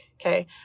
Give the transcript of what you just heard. Okay